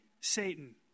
Satan